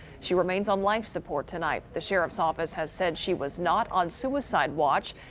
she remains on life support tonight the sheriff's office has said she was not on suicide watch.